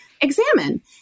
examine